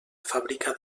fàbrica